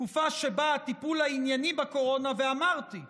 תקופה שבה הטיפול הענייני בקורונה, ואמרתי,